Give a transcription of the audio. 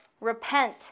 Repent